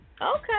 Okay